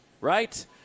right